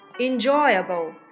enjoyable